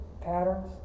patterns